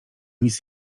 nic